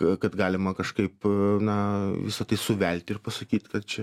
a kad galima kažkaip a na visa tai suvelti ir pasakyt kad čia